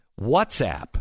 WhatsApp